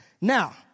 Now